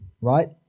right